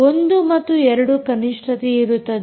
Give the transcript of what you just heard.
1 ಮತ್ತು 2 ಕನಿಷ್ಠತೆಯಿರುತ್ತದೆ